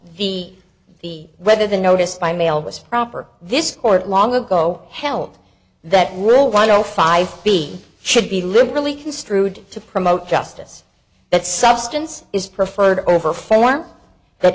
the the whether the noticed by mail was proper this court long ago held that rule one o five b should be liberally construed to promote justice that substance is preferred over for